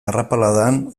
arrapaladan